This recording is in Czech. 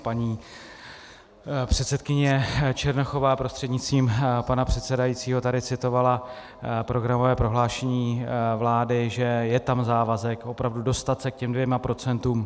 Paní předsedkyně Černochová, prostřednictvím pana předsedajícího, tady citovala programové prohlášení vlády, že je tam závazek opravdu se dostat k těm 2 %.